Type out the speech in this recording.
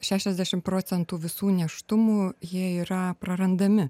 šešesdešim procentų visų nėštumų jie yra prarandami